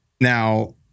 now